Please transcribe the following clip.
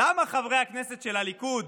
למה חברי הכנסת של הליכוד,